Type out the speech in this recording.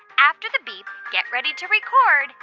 after the beep, get ready to record